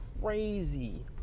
crazy